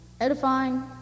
edifying